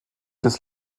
des